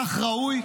כך ראוי,